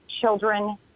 children